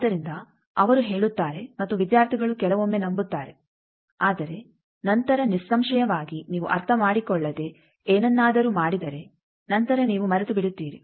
ಆದ್ದರಿಂದ ಅವರು ಹೇಳುತ್ತಾರೆ ಮತ್ತು ವಿದ್ಯಾರ್ಥಿಗಳು ಕೆಲವೊಮ್ಮೆ ನಂಬುತ್ತಾರೆ ಆದರೆ ನಂತರ ನಿಸ್ಸಂಶಯವಾಗಿ ನೀವು ಅರ್ಥಮಾಡಿಕೊಳ್ಳದೆ ಏನನ್ನಾದರೂ ಮಾಡಿದರೆ ನಂತರ ನೀವು ಮರೆತು ಬಿಡುತ್ತೀರಿ